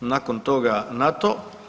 Nakon toga NATO.